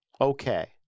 Okay